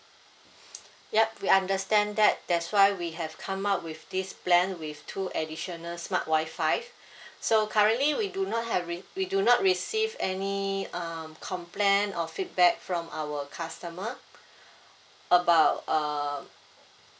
yup we understand that that's why we have come up with this plan with two additional smart wi-fi so currently we do not have we we do not receive any um complaint or feedback from our customer about um